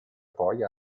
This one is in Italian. poi